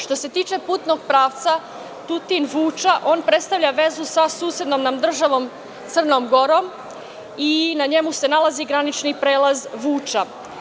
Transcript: Što se tiče putnog pravca Tutin-Vuča, on predstavlja vezu sa susednom nam državom Crnom Gorom i na njemu se nalazi granični prelaz Vuča.